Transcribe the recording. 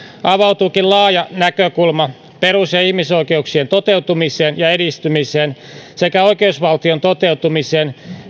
avautuukin laaja näkökulma perus ja ihmisoikeuksien toteutumiseen ja edistymiseen sekä oikeusvaltion toteutumiseen